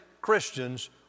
Christians